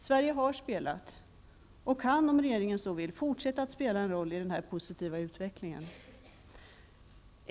Sverige har spelat och kan, om regeringen så vill, fortsätta att spela en roll i denna positiva utveckling.